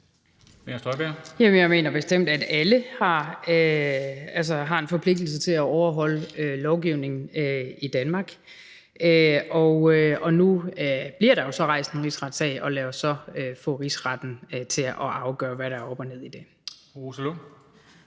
jeg mener bestemt, at alle har en forpligtigelse til at overholde lovgivningen i Danmark. Og nu bliver der jo så rejst en rigsretssag, og lad os så få Rigsretten til at afgøre, hvad der er op og ned i det. Kl.